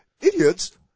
Idiots